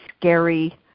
scary